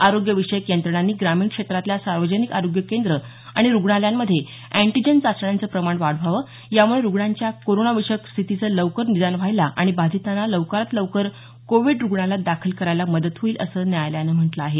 आरोग्यविषयक यंत्रणांनी ग्रामीण क्षेत्रातल्या सार्वजनिक आरोग्य केंद्र आणि रुग्णालयांमधे अँटीजेन चाचण्याचं प्रमाण वाढवावं यामुळे रुग्णांच्या कोरोनाविषयक स्थितीचं लवकर निदान व्हायला आणि बाधितांना लवकरात लवकर कोविड रुग्णालयात दाखल करायला मदत होईल असं न्यायालयानं म्हटलं आहे